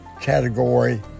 category